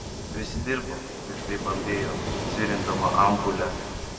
prisidirbo piktai bambėjo dzirindama ampulę